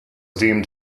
deemed